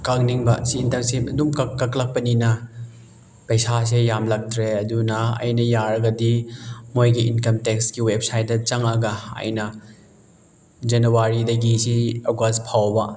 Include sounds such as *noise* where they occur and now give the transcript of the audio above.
ꯀꯛꯅꯤꯡꯕ ꯁꯤ *unintelligible* ꯁꯤ ꯑꯗꯨꯝ ꯀꯛꯂꯛꯄꯅꯤꯅ ꯄꯩꯁꯥꯁꯦ ꯌꯥꯝꯂꯛꯇ꯭ꯔꯦ ꯑꯗꯨꯅ ꯑꯩꯅ ꯌꯥꯔꯒꯗꯤ ꯃꯣꯏꯒꯤ ꯏꯟꯀꯝ ꯇꯦꯛꯁꯀꯤ ꯋꯦꯞꯁꯥꯏꯠꯇ ꯆꯪꯉꯒ ꯑꯩꯅ ꯖꯅꯨꯋꯥꯔꯤꯗꯒꯤ ꯁꯤ ꯑꯥꯒꯁ ꯐꯥꯎꯕ